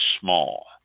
small